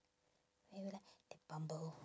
like that bumble